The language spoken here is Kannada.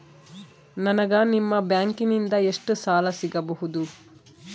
ನನಗ ನಿಮ್ಮ ಬ್ಯಾಂಕಿನಿಂದ ಎಷ್ಟು ಸಾಲ ಸಿಗಬಹುದು?